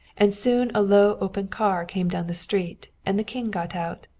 and soon a low open car came down the street and the king got out.